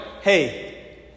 hey